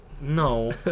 No